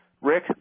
Rick